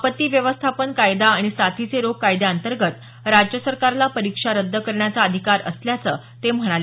आपत्ती व्यवस्थापन कायदा आणि साथीचे रोग कायद्याअंतर्गत राज्य सरकारला परीक्षा रद्द करण्याचा अधिकार असल्याचं ते म्हणाले